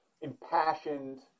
impassioned